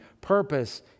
purpose